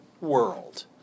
world